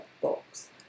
box